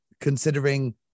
Considering